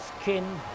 skin